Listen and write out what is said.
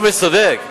ג'ומס צודק.